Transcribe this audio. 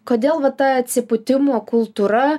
kodėl va ta atsipūtimo kultūra